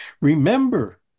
Remember